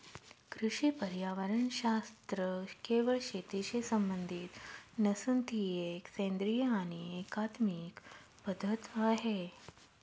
कृषी पर्यावरणशास्त्र केवळ शेतीशी संबंधित नसून ती एक सेंद्रिय आणि एकात्मिक पद्धत आहे